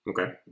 Okay